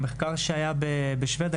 במחקר שהיה בשבדיה